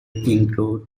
include